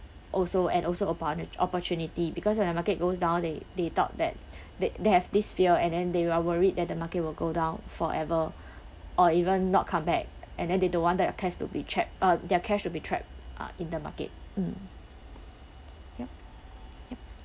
also and also oppor~ opportunity because when the market goes down they they thought that they they have this fear and then they are worried that the market will go down forever or even not come back and then they don't want their cash to be trapped uh their cash to be trapped uh in the market mm yup yup